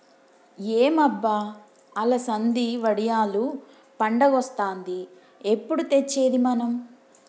ఏం అబ్బ అలసంది వడియాలు పండగొస్తాంది ఎప్పుడు తెచ్చేది మనం